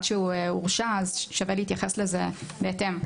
שהוא הורשע אז שווה להתייחס לזה בהתאם.